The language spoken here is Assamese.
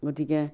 গতিকে